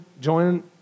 join